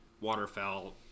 waterfowl